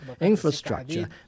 infrastructure